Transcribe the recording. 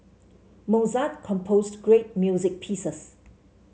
Mozart composed great music pieces